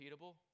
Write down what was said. repeatable